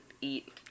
eat